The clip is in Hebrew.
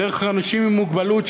דרך אנשים עם מוגבלות,